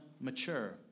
mature